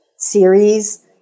series